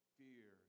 fear